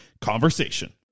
Conversation